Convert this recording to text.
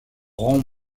rang